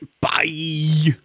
Bye